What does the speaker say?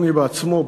יוני בעצמו,